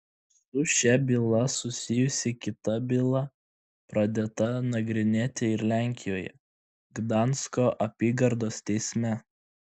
su šia byla susijusi kita byla pradėta nagrinėti ir lenkijoje gdansko apygardos teisme